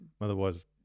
Otherwise